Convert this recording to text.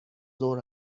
ظهر